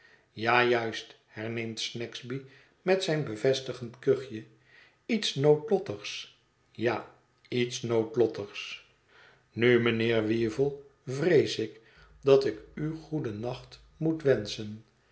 ja juist herneemt snagsby met zijn bevestigend kuchje iets noodlottigs ja iets noodlottigs nu mijnheer weevle vrees ik dat ik u goedennacht moet wenschen